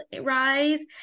rise